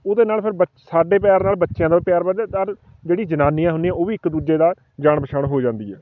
ਉਹਦੇ ਨਾਲ ਫੇਰ ਬੱਚਾ ਸਾਡੇ ਪਿਆਰ ਨਾਲ ਬੱਚਿਆਂ ਦਾ ਪਿਆਰ ਵੱਧਦਾ ਤਦ ਜਿਹੜੀ ਜਨਾਨੀਆਂ ਹੁੰਦੀਆਂ ਉਹ ਵੀ ਇੱਕ ਦੂਜੇ ਦਾ ਜਾਣ ਪਛਾਣ ਹੋ ਜਾਂਦੀ ਹੈ